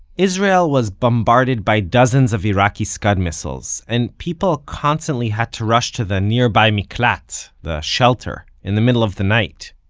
israel was bombarded by dozens of iraqi scud missiles and people constantly had to rush to the nearby miklat, the shelter, in the middle of the night